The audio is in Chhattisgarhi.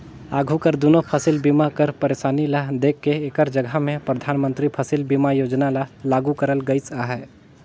आघु कर दुनो फसिल बीमा कर पइरसानी ल देख के एकर जगहा में परधानमंतरी फसिल बीमा योजना ल लागू करल गइस अहे